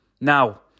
Now